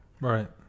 Right